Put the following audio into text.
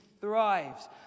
thrives